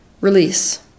release